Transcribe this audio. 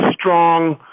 strong